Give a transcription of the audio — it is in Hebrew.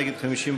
נגד,